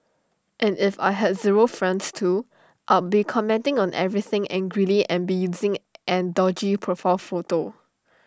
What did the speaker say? if I had zero friends too I'd be commenting on everything angrily and be using an dodgy profile photo